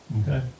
Okay